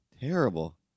terrible